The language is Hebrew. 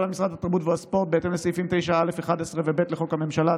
למשרד התרבות והספורט: בהתאם לסעיפים 9(א)(11) ו-(ב) לחוק הממשלה,